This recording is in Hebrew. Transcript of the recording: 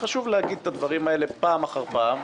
חשוב להגיד את הדברים האלה פעם אחר פעם,